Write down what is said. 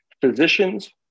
Physicians